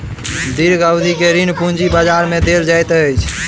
दीर्घ अवधि के ऋण पूंजी बजार में देल जाइत अछि